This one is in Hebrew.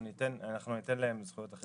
-- אנחנו ניתן להם זכויות אחרות.